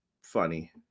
funny